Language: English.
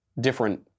different